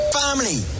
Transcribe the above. family